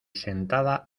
sentada